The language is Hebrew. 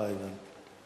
אה, הבנתי.